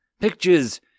pictures